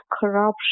corruption